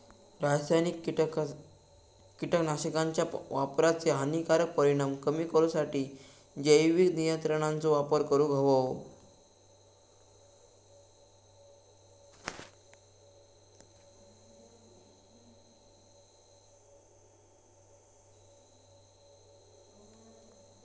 रासायनिक कीटकनाशकांच्या वापराचे हानिकारक परिणाम कमी करूसाठी जैविक नियंत्रणांचो वापर करूंक हवो